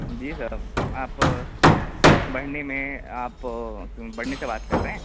جی sir آپ بڑھنی میں آپ برھنی سے بات کر رہے ہیں